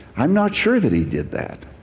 i'm not sure that he did that.